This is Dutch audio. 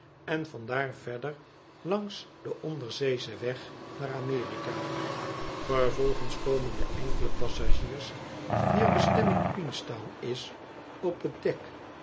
en van daar verder langs den onderzeeschen weg naar amerika vervolgens komen de enkele passagiers wier bestemming queenstown is op het dek